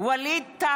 (קוראת בשם חבר הכנסת) ווליד טאהא,